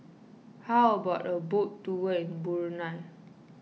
how about a boat tour in Brunei